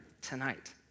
tonight